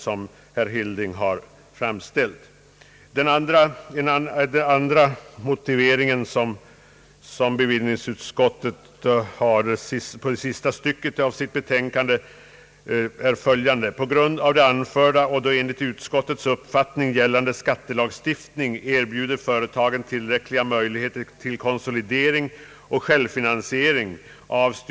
I det sista stycket av betänkandet uttrycker utskottet uppfattningen att gällande skattelagstiftning erbjuder företagen tillräckliga möjligheter till konsolidering och självfinansiering.